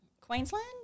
Queensland